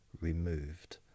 removed